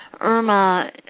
Irma